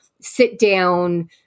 sit-down